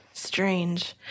strange